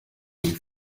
big